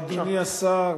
אדוני השר,